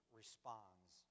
responds